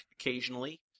occasionally